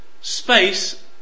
space